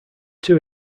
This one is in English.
two